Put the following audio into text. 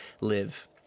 live